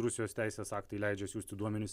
rusijos teisės aktai leidžia siųsti duomenis